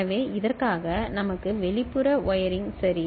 எனவே இதற்காக நமக்கு வெளிப்புற வயரிங் சரி